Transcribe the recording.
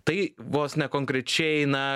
tai vos ne konkrečiai na